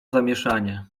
zamieszanie